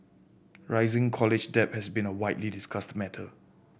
rising college debt has been a widely discussed matter